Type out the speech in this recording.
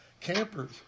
Campers